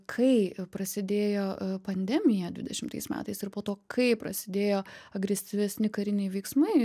kai prasidėjo pandemija dvidešimtais metais ir po to kai prasidėjo agresyvesni kariniai veiksmai